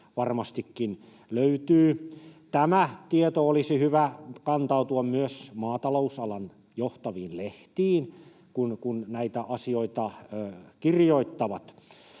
Elomaa: Hyvä!] Tämän tiedon olisi hyvä kantautua myös maatalousalan johtaviin lehtiin, kun näitä asioita kirjoittavat.